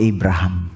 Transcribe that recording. Abraham